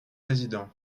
président